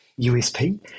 USP